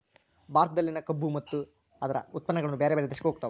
ಭಾರತದಲ್ಲಿನ ಕಬ್ಬು ಮತ್ತ ಅದ್ರ ಉತ್ಪನ್ನಗಳು ಬೇರೆ ದೇಶಕ್ಕು ಹೊಗತಾವ